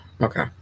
okay